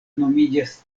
nomiĝas